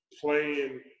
playing